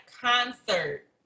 concert